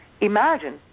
imagine